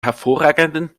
hervorragenden